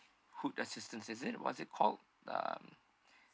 assistance is it what's it called um